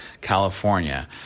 California